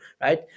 right